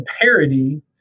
parody